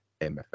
MFA